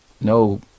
no